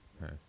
Nice